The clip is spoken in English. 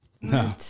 No